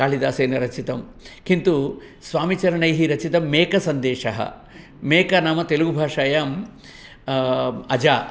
कालिदासेन रचितं किन्तु स्वामीचरणैः रचितं मेकसन्देशः मेकः नाम तेलुगुभाषायां अजा